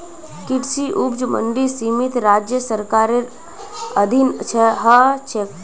कृषि उपज मंडी समिति राज्य सरकारेर अधीन ह छेक